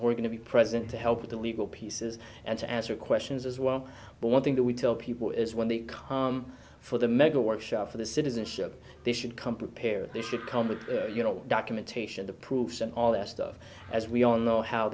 are going to be present to help with the legal pieces and to answer questions as well but one thing that we tell people is when the for the mega workshop for the citizenship they should come prepared they should come with you know documentation the proofs and all this stuff as we all know how